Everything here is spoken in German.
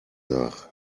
nach